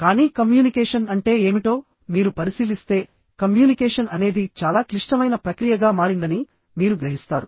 కానీ కమ్యూనికేషన్ అంటే ఏమిటో మీరు పరిశీలిస్తే కమ్యూనికేషన్ అనేది చాలా క్లిష్టమైన ప్రక్రియగా మారిందని మీరు గ్రహిస్తారు